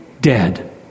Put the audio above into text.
dead